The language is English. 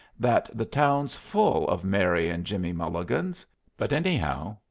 that the town's full of mary and jimmie mulligans but, anyhow,